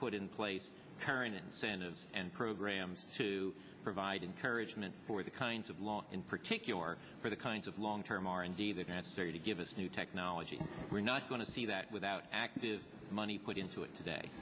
place current incentives and programs to provide encouragement for the kinds of law in particular for the kinds of long term r and d that necessary to give us new technology we're not going to see that without active money put into it today